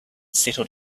settled